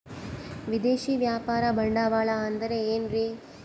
ವಿದೇಶಿಯ ವ್ಯಾಪಾರ ಬಂಡವಾಳ ಅಂದರೆ ಏನ್ರಿ?